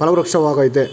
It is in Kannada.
ಫಲವೃಕ್ಷವಾಗಯ್ತೆ